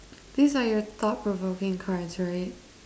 these are your thought provoking cards right